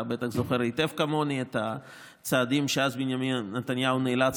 אתה בטח זוכר היטב כמוני את הצעדים שבנימין נתניהו נאלץ